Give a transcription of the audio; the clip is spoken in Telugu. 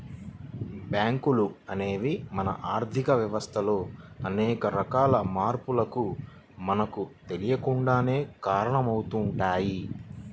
బ్యేంకులు అనేవి మన ఆర్ధిక వ్యవస్థలో అనేక రకాల మార్పులకు మనకు తెలియకుండానే కారణమవుతయ్